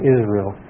Israel